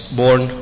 born